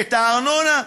את הארנונה.